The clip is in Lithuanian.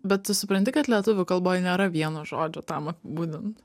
bet tu supranti kad lietuvių kalboj nėra vieno žodžio tam apibūdint